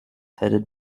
headed